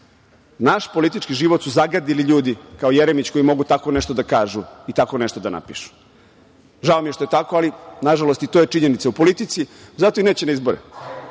Naš politički život su zagadili ljudi kao Jeremić, koji mogu tako nešto da kažu i tako nešto da napišu. Žao mi je što je tako, ali nažalost i to je činjenica u politici. Zato i neće na izbore.